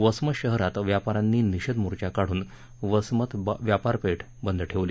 वसमत शहरात व्यापाऱ्यांनी निषेध मोर्चा काढून वसमत व्यापारपेठ बंद ठेवली